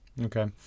Okay